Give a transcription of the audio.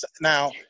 now